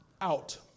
out